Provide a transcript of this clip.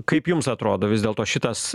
kaip jums atrodo vis dėlto šitas